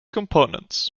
components